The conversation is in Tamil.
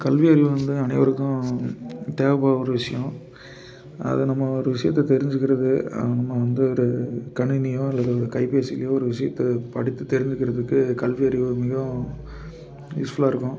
கல்வியறிவு வந்து அனைவருக்கும் தேவைப்படும் ஒரு விஷயம் அதை நம்ம ஒரு விஷயத்த தெரிஞ்சுக்கிறது நம்ம வந்து ஒரு கணினியோ அல்லது ஒரு கைபேசியிலியோ ஒரு விஷயத்த படித்து தெரிஞ்சுக்கிறதுக்கு கல்வியறிவு மிகவும் யூஸ்ஃபுல்லாக இருக்கும்